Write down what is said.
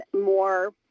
more